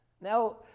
Now